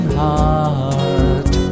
heart